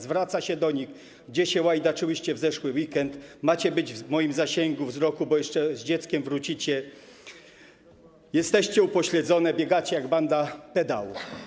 Zwraca się do nich: gdzie się łajdaczyłyście w zeszły weekend; macie być w moim zasięgu wzroku, bo jeszcze z dzieckiem wrócicie; jesteście upośledzone; biegacie jak banda pedałów.